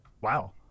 Wow